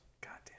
goddamn